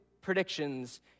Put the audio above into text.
predictions